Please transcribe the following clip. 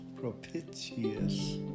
propitious